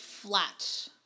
flat